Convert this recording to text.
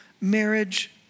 marriage